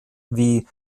wie